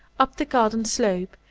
up the gardened slope,